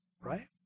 Right